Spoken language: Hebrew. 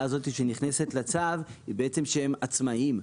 הזאת שנכנסת לצו הוא שהם בעצם עצמאים.